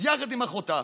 יחד עם אחותה,